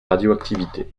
radioactivité